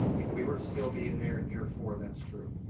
if we were to still be in there in year four, that's true.